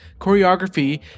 choreography